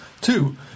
Two